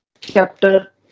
chapter